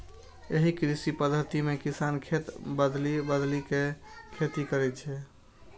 एहि कृषि पद्धति मे किसान खेत बदलि बदलि के खेती करै छै